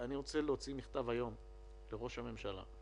אני רוצה להוציא מכתב היום לראש הממשלה,